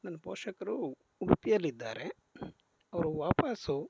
ನನ್ನ ಪೋಷಕರು ಉಡುಪಿಯಲ್ಲಿದ್ದಾರೆ ಅವರು ವಾಪಸು